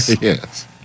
Yes